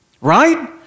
Right